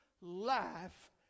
life